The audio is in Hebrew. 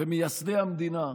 ומייסדי המדינה,